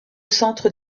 centre